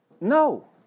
No